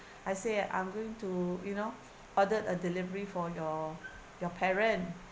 I say I'm going to you know ordered a delivery for your your parent